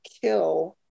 kill